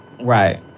Right